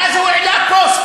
ואז הוא העלה פוסט,